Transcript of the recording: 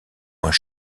moins